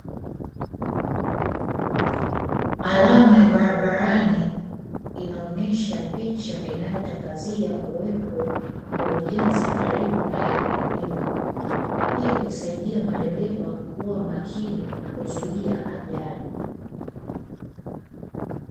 Alama ya barabara inaonesha picha inayotangazia uwepo wa ujenzi karibu na eneo hilo. Hii husaidia madereva kuwa makini na kuzuia ajali.